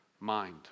mind